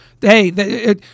Hey